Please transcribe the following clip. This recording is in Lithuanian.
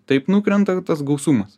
taip nukrenta tas gausumas